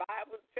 Bible